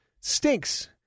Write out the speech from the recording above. stinks